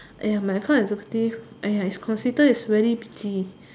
!aiya! my account executive !aiya! is considered as very bitchy